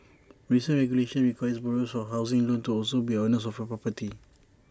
recent regulation requires borrowers of A housing loan to also be owners of A property